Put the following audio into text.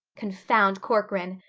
confound corcoran!